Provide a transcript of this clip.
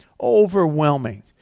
Overwhelming